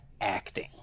acting